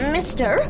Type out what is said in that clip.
Mister